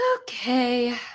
Okay